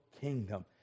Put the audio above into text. kingdom